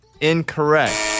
Incorrect